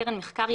כמפורט בחוק.